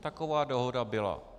Taková dohoda byla.